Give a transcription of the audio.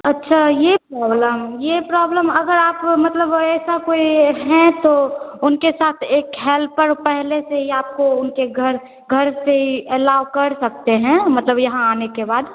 अच्छा ये प्रॉबलम ये प्रॉब्लेम अगर आपको मतलब ऐसा कोई हैं तो उनके साथ एक हेल्पर पहले से आपको उनके घर घर से ही अलाऊ कर सकते हैं मतलब यहाँ आने के बाद